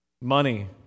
Money